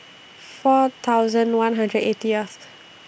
four thousand one hundred and eightieth